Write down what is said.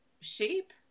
shape